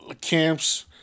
camps